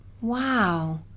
Wow